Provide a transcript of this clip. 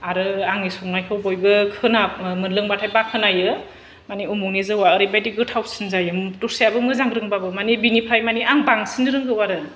आरो आंनि संनायखौ बयबो खोना मोनलोंबाथाय बाखनायो मानि उमुखनि जौआ एरैबादि गोथावसिन जायो दस्रायाबो मोजां रोंबाबो मानि बिनिफ्राय मानि आं बांसिन रोंगौ आरो